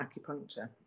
acupuncture